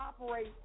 operate